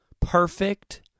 perfect